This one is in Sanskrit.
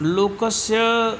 लोकस्य